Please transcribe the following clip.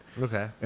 Okay